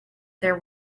there